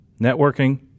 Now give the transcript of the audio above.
Networking